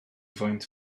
faint